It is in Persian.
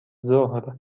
ظهر